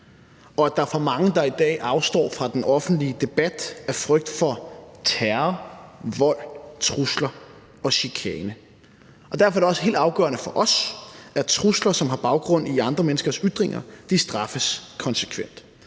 og at der er for mange, der i dag afstår fra den offentlige debat af frygt for terror, vold, trusler og chikane. Derfor er det også helt afgørende for os, at trusler, som har baggrund i andre menneskers ytringer, straffes konsekvent,